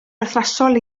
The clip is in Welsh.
berthnasol